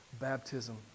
Baptism